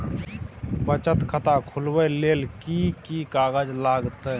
बचत खाता खुलैबै ले कि की कागज लागतै?